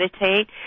Meditate